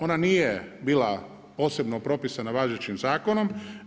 Ona nije bila posebno propisana važećim zakonom.